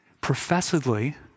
professedly